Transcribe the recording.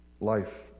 life